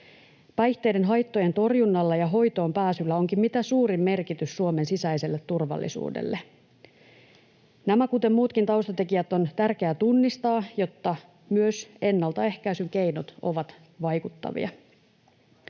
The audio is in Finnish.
Päihteiden haittojen torjunnalla ja hoitoon pääsyllä onkin mitä suurin merkitys Suomen sisäiselle turvallisuudelle. Nämä, kuten muutkin taustatekijät, on tärkeää tunnistaa, jotta myös ennaltaehkäisyn keinot ovat vaikuttavia.